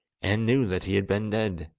and knew that he had been dead,